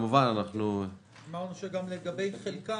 כמובן שאנחנו -- אמרנו גם שלגבי חלקם,